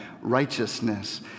righteousness